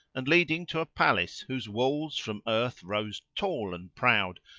and leading to a palace whose walls from earth rose tall and proud,